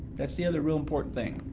that's the other real important thing.